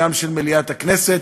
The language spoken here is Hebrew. וגם של מליאת הכנסת,